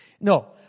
no